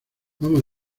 vamos